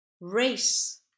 race